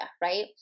right